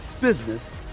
business